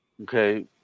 Okay